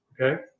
Okay